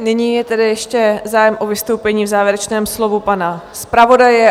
Nyní je tedy ještě zájem o vystoupení v závěrečném slovu pana zpravodaje.